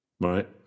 Right